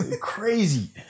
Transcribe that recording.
crazy